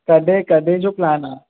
कॾहिं कॾहिं जो प्लैन आहे